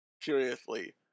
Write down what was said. curiously